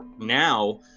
now